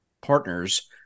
partners